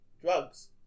Drugs